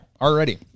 already